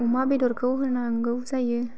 अमा बेदरखौ होनांगौ जायो